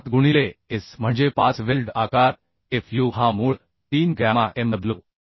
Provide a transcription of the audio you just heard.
7 गुणिले S म्हणजे 5 weld आकार Fu हा मूळ 3 गॅमा mw